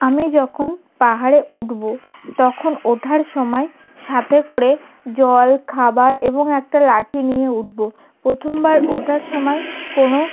আমি যখন পাহাড়ে উঠব তখন ওঠার সময় সাথে করে জল খাবার এবং একটা লাঠি নিয়ে উঠব প্রথমবার ওঠার সময় কোনো